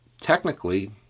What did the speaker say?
technically